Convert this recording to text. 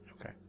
Okay